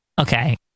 Okay